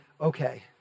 okay